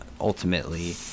ultimately